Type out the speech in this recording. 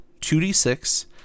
2d6